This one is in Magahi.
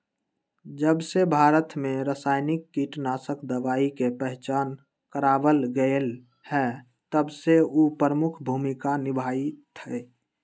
जबसे भारत में रसायनिक कीटनाशक दवाई के पहचान करावल गएल है तबसे उ प्रमुख भूमिका निभाई थई